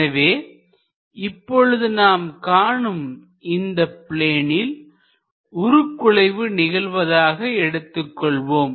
எனவே இப்பொழுது நாம் காணும் இந்த ப்ளேனில் உருக்குலைவு நிகழ்வதாக எடுத்துக் கொள்வோம்